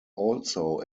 also